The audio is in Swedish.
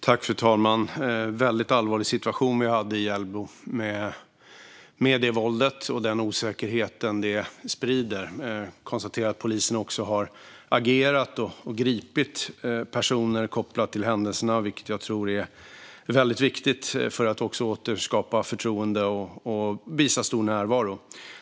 Fru talman! Det var en väldigt allvarlig situation vi hade i Hjällbo, med våldet och den osäkerhet det sprider. Jag konstaterar att polisen har agerat och gripit personer kopplat till händelserna, vilket jag tror är väldigt viktigt för att återskapa förtroende och visa stor närvaro.